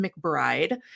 McBride